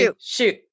shoot